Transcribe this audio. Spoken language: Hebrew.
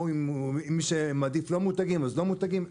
ומי שמעדיף לא מותגים אז לא מותגים.